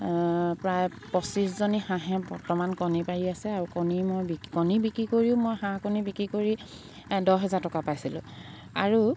প্ৰায় পঁচিছজনী হাঁহে বৰ্তমান কণী পাৰি আছে আৰু কণী মই বিক্ৰী কণী বিক্ৰী কৰিও মই হাঁহ কণী বিক্ৰী কৰি দহ হাজাৰ টকা পাইছিলোঁ আৰু